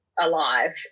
alive